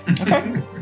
Okay